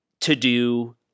to-do